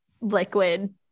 liquid